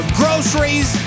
groceries